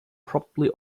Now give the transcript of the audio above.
probably